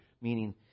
meaning